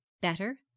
better